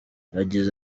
yagize